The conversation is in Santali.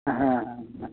ᱦᱮᱸ ᱦᱮᱸ